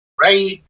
right